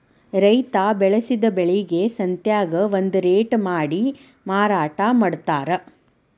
ರೈತಾ ಬೆಳಸಿದ ಬೆಳಿಗೆ ಸಂತ್ಯಾಗ ಒಂದ ರೇಟ ಮಾಡಿ ಮಾರಾಟಾ ಮಡ್ತಾರ